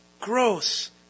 gross